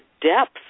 depth